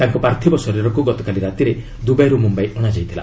ତାଙ୍କ ପାର୍ଥିବ ଶରୀରକୁ ଗତକାଲି ରାତିରେ ଦୁବାଇରୁ ମୁମ୍ବାଇ ଅଣାଯାଇଥିଲା